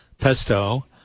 pesto